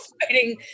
fighting